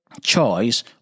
choice